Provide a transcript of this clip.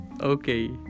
okay